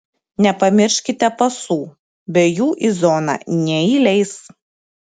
nepamirškite pasų be jų į zoną neįleis